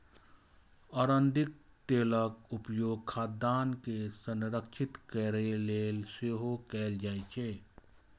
अरंडीक तेलक उपयोग खाद्यान्न के संरक्षित करै लेल सेहो कैल जाइ छै